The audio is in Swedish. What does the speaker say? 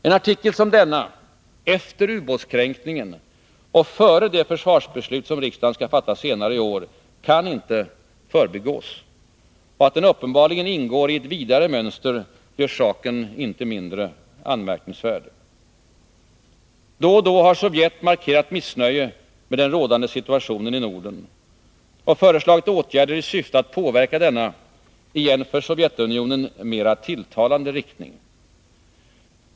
En artikel som denna — efter ubåtskränkningen och före det försvarspolitiska beslut som riksdagen skall fatta senare i år — kan inte förbigås. Och att den uppenbarligen ingår i ett vidare mönster gör inte saken mindre anmärkningsvärd. Då och då har Sovjet markerat missnöje med den rådande situationen i Norden och föreslagit åtgärder i syfte att påverka denna i en för Sovjetunionen mera tilltalande riktning.